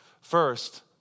first